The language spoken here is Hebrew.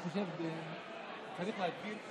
צריך להגביר את